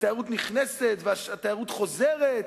ותיירות נכנסת ותיירות חוזרת,